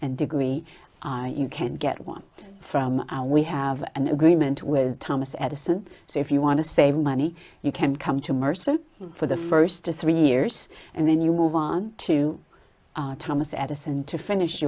and degree you can get one from our we have an agreement with thomas edison so if you want to save money you can come to mercer for the first to three years and then you move on to our thomas edison to finish